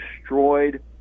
destroyed